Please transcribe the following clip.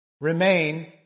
remain